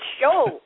show